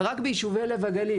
רק בישובי לב הגליל,